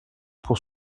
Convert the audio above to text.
pour